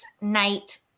night